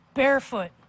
Barefoot